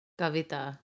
Kavita